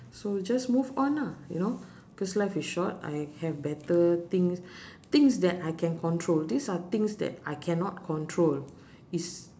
so just move on ah you know cause life is short I have better things things that I can control these are things that I cannot control is